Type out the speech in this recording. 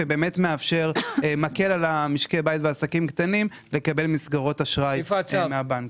ובאמת מקל על משקי בית ועסקים קטנים לקבל מסגרות אשראי מהבנקים.